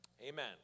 Amen